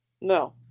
No